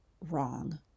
wrong